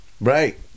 Right